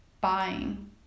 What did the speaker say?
buying